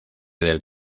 del